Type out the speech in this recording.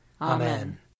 Amen